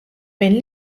bejn